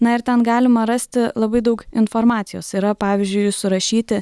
na ir ten galima rasti labai daug informacijos yra pavyzdžiui surašyti